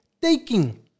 taking